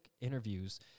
interviews